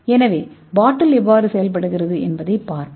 எனவே பாட்டில் எவ்வாறு செயல்படுகிறது என்பதைப் பார்ப்போம்